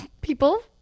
people